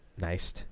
nice